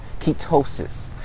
ketosis